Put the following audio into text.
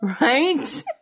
Right